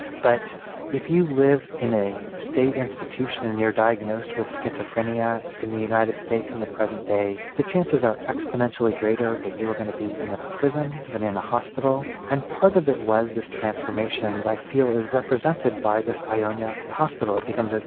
but if you live in a state institution and you're diagnosed with schizophrenia in the united states in the present day, the chances are exponentially greater that you are going to be in a prison than in a hospital, and part of it was this transformation that i feel is represented by this ionia hospital, it becomes,